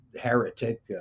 heretic